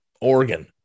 Oregon